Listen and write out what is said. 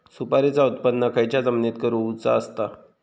सुपारीचा उत्त्पन खयच्या जमिनीत करूचा असता?